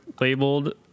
labeled